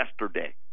yesterday